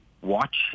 watch